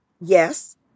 Yes